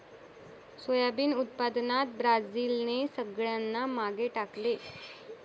soybean उत्पादनात ब्राझीलने सगळ्यांना मागे टाकले